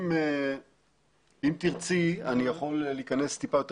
אם תרצי אני יכול להיכנס טיפה יותר